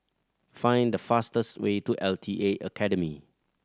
find the fastest way to L T A Academy